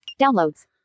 Downloads